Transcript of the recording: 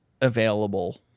available